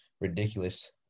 ridiculous